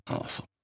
Awesome